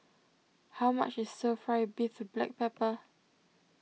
how much is Stir Fry Beef with Black Pepper